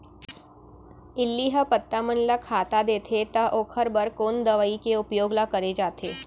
इल्ली ह पत्ता मन ला खाता देथे त ओखर बर कोन दवई के उपयोग ल करे जाथे?